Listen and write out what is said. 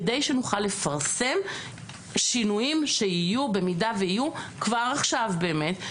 כדי שנוכל לפרסם שינויים שיהיו במידה ויהיו כבר עכשיו באמת,